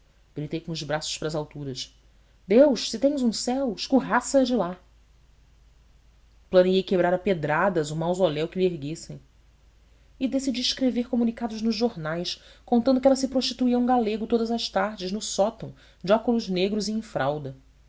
gritei com os braços para as alturas deus se tens um céu escorraça a de lá planejei quebrar a pedradas o mausoléu que lhe erguessem e decidi escrever comunicados nos jornais contando que ela se prostituía a um galego todas as tardes no sótão de óculos negros e em fralda